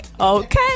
Okay